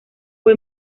fue